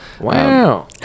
Wow